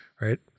Right